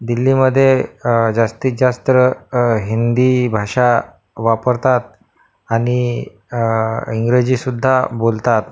दिल्लीमध्ये जास्तीत जास्त तर हिंदी भाषा वापरतात आणि इंग्रजीसुद्धा बोलतात